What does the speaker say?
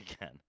again